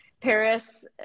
Paris